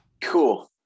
cool